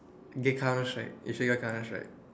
get counter strike you should get counter strike